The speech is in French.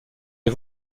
les